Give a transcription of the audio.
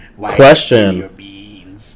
Question